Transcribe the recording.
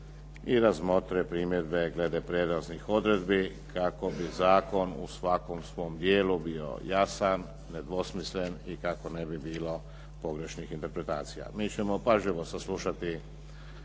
i razmotre primjedbe glede prijelaznih odredbi kako bi zakon u svakom svom dijelu bio jasan, nedvosmislen i kako ne bi bilo pogrešnih interpretacija. Mi ćemo pažljivo saslušati